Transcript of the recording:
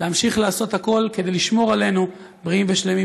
להמשיך לעשות הכול כדי לשמור עלינו בריאים ושלמים.